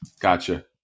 Gotcha